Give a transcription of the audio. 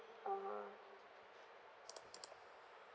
uh